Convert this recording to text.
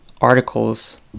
articles